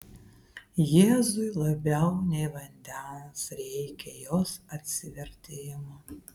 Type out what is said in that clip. jėzui labiau nei vandens reikia jos atsivertimo